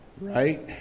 right